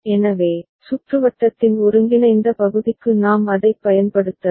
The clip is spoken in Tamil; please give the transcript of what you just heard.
எனவே சுற்றுவட்டத்தின் ஒருங்கிணைந்த பகுதிக்கு நாம் அதைப் பயன்படுத்தலாம்